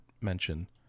mention